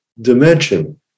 dimension